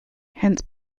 hence